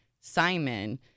simon